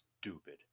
stupid